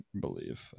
Believe